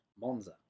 Monza